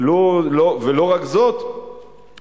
ולא רק זאת,